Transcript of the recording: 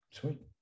sweet